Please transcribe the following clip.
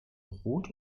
roth